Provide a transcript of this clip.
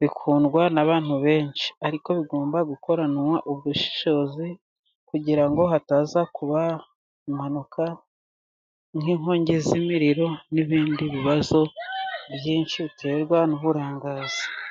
bikundwa n'abantu benshi. Ariko bigomba gukoranwa ubushishozi, kugira ngo hataza kuba impanuka nk'inkongi z'imiriro n'ibindi bibazo byinshi biterwa n'uburangazi.